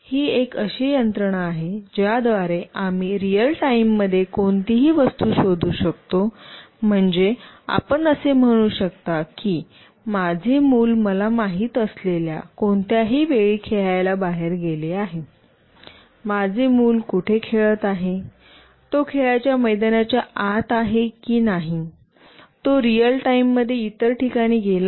ही एक अशी यंत्रणा आहे ज्याद्वारे आम्ही रिअल टाइममध्ये कोणतीही वस्तू शोधू शकतो म्हणजे आपण असे म्हणू शकता की माझे मुल मला माहित असलेल्या कोणत्याही वेळी खेळायला बाहेर गेले आहे माझे मुल कुठे खेळत आहे तो खेळाच्या मैदानाच्या आत आहे की नाही तो रिअल टाइममध्ये इतर ठिकाणी गेला आहे